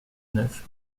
neuf